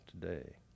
today